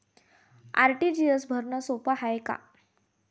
RTGS भरनं सोप हाय का?